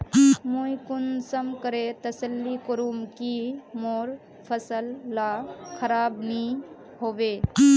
मुई कुंसम करे तसल्ली करूम की मोर फसल ला खराब नी होबे?